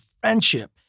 friendship